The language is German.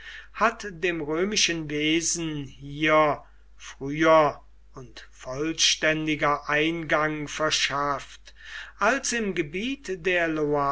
hat dem römischen wesen hier früher und vollständiger eingang verschafft als im gebiet der